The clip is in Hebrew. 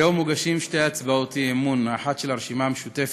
היום מוגשות שתי הצעות אי-אמון: האחת של הרשימה המשותפת,